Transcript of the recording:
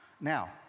Now